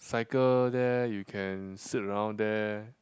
cycle there you can sit around there